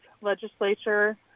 legislature